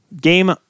Game